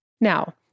now